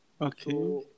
Okay